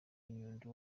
inyundo